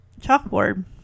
chalkboard